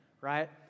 right